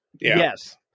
Yes